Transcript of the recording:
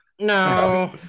No